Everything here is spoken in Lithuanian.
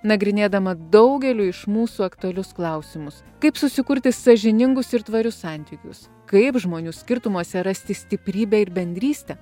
nagrinėdama daugeliui iš mūsų aktualius klausimus kaip susikurti sąžiningus ir tvarius santykius kaip žmonių skirtumuose rasti stiprybę ir bendrystę